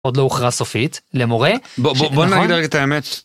עוד להוכע סופית למורה בוא נגיד לרגע את האמת.